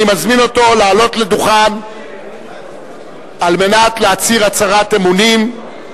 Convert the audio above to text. אני מזמין אותו לעלות לדוכן כדי להצהיר הצהרת אמונים.